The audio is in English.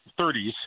30s